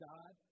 God